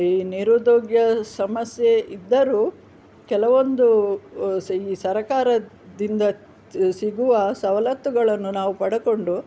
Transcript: ಈ ನಿರುದ್ಯೋಗ ಸಮಸ್ಯೆ ಇದ್ದರೂ ಕೆಲವೊಂದು ಈ ಸ್ ಸರಕಾರದಿಂದ ದ್ ಸಿಗುವ ಸವಲತ್ತುಗಳನ್ನು ನಾವು ಪಡಕೊಂಡು